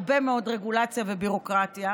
הרבה מאוד רגולציה וביורוקרטיה,